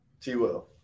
T-Will